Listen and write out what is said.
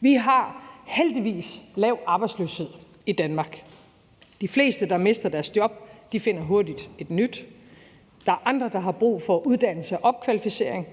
Vi har heldigvis lav arbejdsløshed i Danmark. De fleste, der mister deres job, finder hurtigt et nyt. Der er andre, der har brug for uddannelse og opkvalificering,